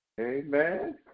Amen